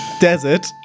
Desert